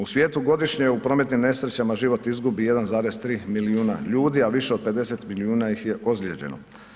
U svijetu godišnje u prometnim nesrećama život izgubi 1,3 milijuna ljudi, a više od 50 milijuna ih je ozlijeđeno.